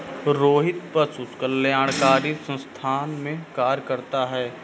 रोहित पशु कल्याणकारी संस्थान में कार्य करता है